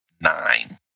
nine